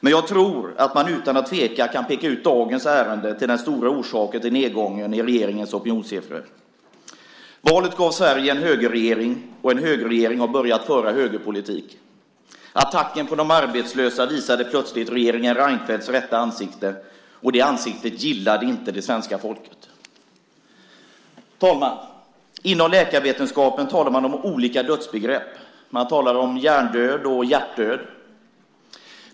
Men jag tror att man utan att tveka kan peka ut dagens ärende som den stora orsaken till nedgången i regeringens opinionssiffror. Valet gav Sverige en högerregering, och en högerregering har börjat föra högerpolitik. Attacken på de arbetslösa visade plötsligt regeringen Reinfeldts rätta ansikte, och det ansiktet gillade inte det svenska folket. Herr talman! Inom läkarvetenskapen talar man om olika dödsbegrepp. Man talar om hjärndöd och hjärtdöd.